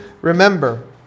remember